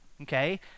okay